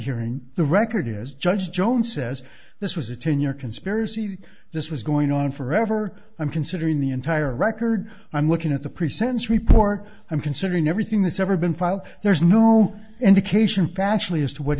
hearing the record is judge jones says this was a ten year conspiracy this was going on forever i'm considering the entire record i'm looking at the pre sentence report i'm considering everything that's ever been filed there's no indication factually as to what